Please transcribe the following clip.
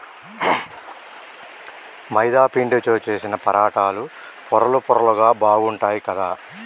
మైదా పిండితో చేశిన పరాటాలు పొరలు పొరలుగా బాగుంటాయ్ కదా